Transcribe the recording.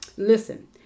Listen